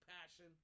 passion